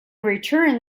return